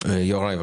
יוראי.